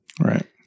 Right